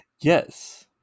Yes